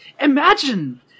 Imagine